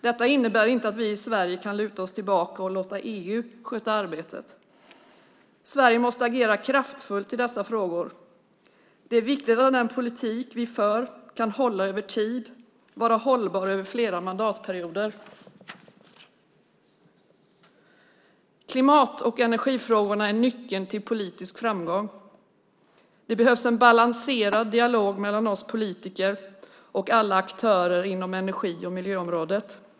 Det innebär inte att vi i Sverige kan luta oss tillbaka och låta EU sköta arbetet. Sverige måste agera kraftfullt i dessa frågor. Det är viktigt att den politik vi för kan hålla över tid, vara hållbar över flera mandatperioder. Klimat och energifrågorna är nyckeln till politisk framgång. Det behövs en balanserad dialog mellan politiker och alla aktörer inom energi och miljöområdet.